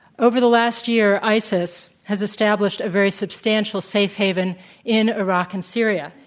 over the last year isis has established a very substantial safe haven in iraq and syria,